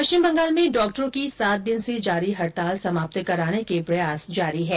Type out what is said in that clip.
पश्चिम बंगाल में डॉक्टरों की सात दिन से जारी हड़ताल समाप्त कराने के प्रयास जारी है